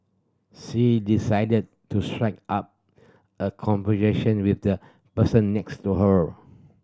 she decided to strike up a conversation with the person next to her